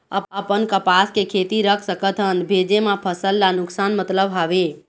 अपन कपास के खेती रख सकत हन भेजे मा फसल ला नुकसान मतलब हावे?